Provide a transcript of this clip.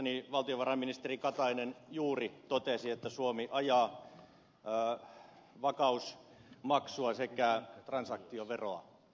mielestäni valtiovarainministeri katainen juuri totesi että suomi ajaa vakausmaksua sekä transaktioveroa